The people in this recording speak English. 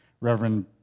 Reverend